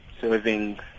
serving